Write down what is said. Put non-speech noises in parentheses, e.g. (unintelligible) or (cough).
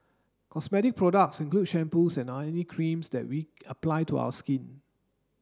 cosmetic products include shampoos and (unintelligible) creams that we apply to our skin